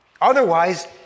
Otherwise